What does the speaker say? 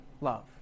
love